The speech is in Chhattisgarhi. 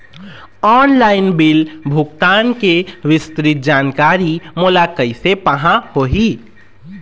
ऑनलाइन बिल भुगतान के विस्तृत जानकारी मोला कैसे पाहां होही?